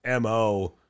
MO